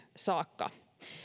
saakka